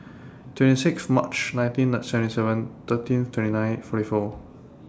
twenty six March nineteen seventy seven thirteen twenty nine forty four